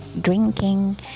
drinking